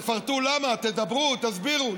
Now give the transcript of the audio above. תפרטו למה, תדברו, תסבירו.